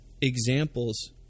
examples